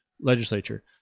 legislature